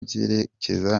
byerekeza